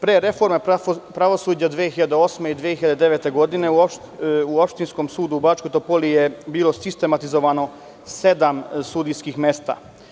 Pre reforme pravosuđa 2008. i 2009. godine u opštinskom sudu u Bačkoj Topoli je bilo sistematizovano sedam sudijskim mesta.